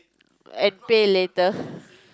and pay later